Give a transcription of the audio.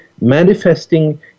manifesting